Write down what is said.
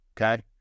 Okay